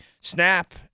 snap